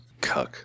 Cuck